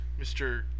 Mr